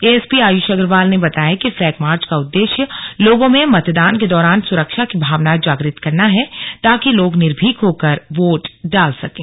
ASP Ayush Agrawal ने बताया कि फ्लैग मार्च का उद्देश्य लोगों में मतदान के दौरान सुरक्षा की भावना जागृत करना है ताकि लोग निर्भीक होकर योट डाल सकें